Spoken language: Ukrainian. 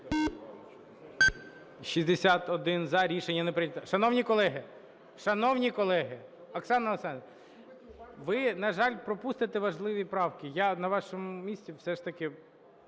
За-61 Рішення не прийнято. Шановні колеги, шановні колеги, Оксана Олександрівна, ви, на жаль, пропустите важливі правки. Я на вашому місці все ж таки